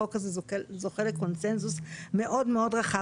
החוק הזה זוכה לקונצנזוס מאוד מאוד רחב,